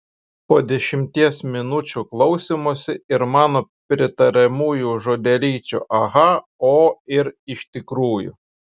po dešimties minučių klausymosi ir mano pritariamųjų žodelyčių aha o ir iš tikrųjų